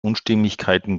unstimmigkeiten